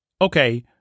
Okay